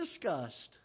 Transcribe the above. discussed